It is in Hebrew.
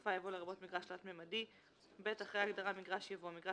בסופה יבוא "לרבות מגרש תלת־ממדי"; (ב)אחרי ההגדרה "מגרש" יבוא: ""מגרש